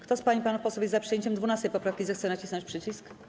Kto z pań i panów posłów jest za przyjęciem 12. poprawki, zechce nacisnąć przycisk.